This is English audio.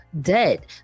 dead